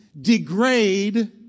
degrade